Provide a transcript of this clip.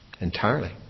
Entirely